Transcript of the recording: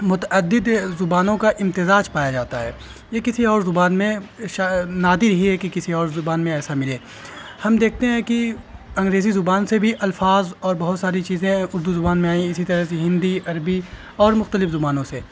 متعدد زبانوں کا امتزاج پایا جاتا ہے یہ کسی اور زبان میں نادر ہی ہے کہ کسی اور زبان میں ایسا ملے ہم دیکھتے ہیں کہ انگریزی زبان سے بھی الفاظ اور بہت ساری چیزیں اردو زبان میں آئیں اسی طرح سے ہندی عربی اور مختلف زبانوں سے